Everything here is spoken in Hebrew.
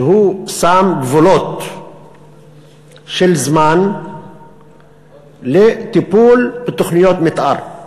אומר שהוא שם גבולות של זמן לטיפול בתוכניות מתאר.